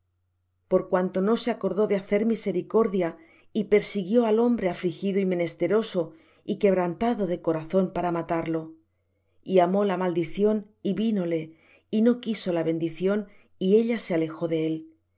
por cuanto no se acordo de hacer misericordia y persiguió al hombre afligido y menesteroso y quebrantado de corazón para matar lo y amó la maldición y vínole y no quiso la bendición y ella se alejó de él